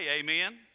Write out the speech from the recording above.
amen